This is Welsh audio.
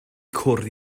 cwrdd